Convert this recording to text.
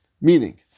Meaning